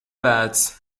beds